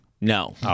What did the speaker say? no